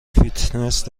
فیتنس